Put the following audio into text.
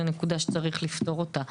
זה נקודה שיש לפתור אותה.